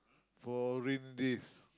for rain days